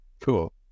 Cool